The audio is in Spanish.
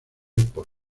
por